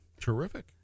Terrific